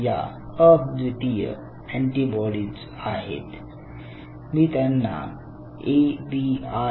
या अद्वितीय अँटीबॉडीज आहेत मी त्यांना A B R